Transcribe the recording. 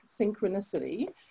Synchronicity